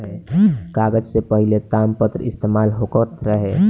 कागज से पहिले तामपत्र इस्तेमाल होखत रहे